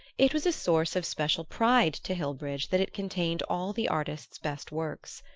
it was a source of special pride to hillbridge that it contained all the artist's best works.